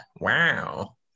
wow